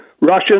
Russian